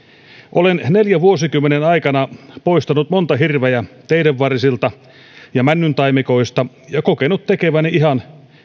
olen neljän vuosikymmenen aikana poistanut monta hirveä teiden varsilta ja männyntaimikoista ja kokenut tekeväni ihan